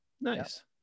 Nice